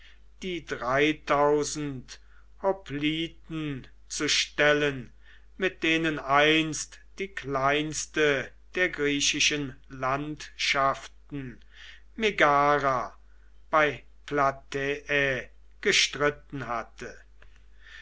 die drei hopliten zu stellen mit denen einst die kleinste der griechischen landschaften megara bei plataeae gestritten hatte